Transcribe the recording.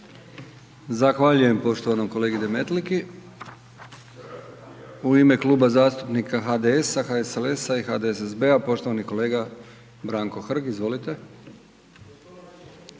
Zahvaljujem poštovanom kolegi Bauku. U ime Kluba zastupnika Živog zida i SNAGE poštovani kolega Ivan Pernar, izvolite.